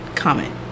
comment